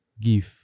Give